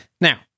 Now